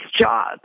jobs